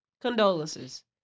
Condolences